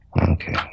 Okay